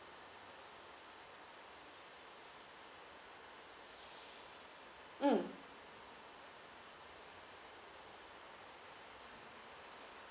mm